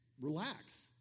relax